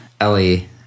Ellie